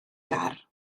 gar